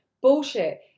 Bullshit